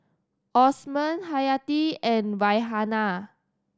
Osman Hayati and Raihana